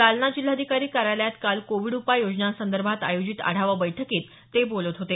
जालना जिल्हाधिकारी कार्यालयात काल कोविड उपाय योजनांसंदर्भात आयोजित आढावा बैठकीत ते बोलत होते